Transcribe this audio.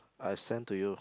I send to you